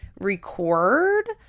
record